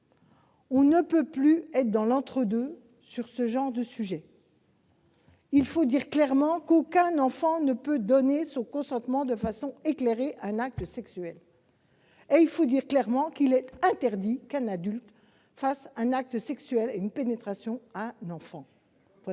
On ne peut plus rester dans l'entre-deux sur de tels sujets. Il faut dire clairement qu'aucun enfant ne peut donner son consentement de façon éclairée à un acte sexuel ; il faut dire clairement qu'il est interdit, pour un adulte, de faire subir un acte sexuel, une pénétration à un enfant.